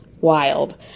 Wild